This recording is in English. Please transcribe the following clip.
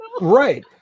right